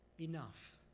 enough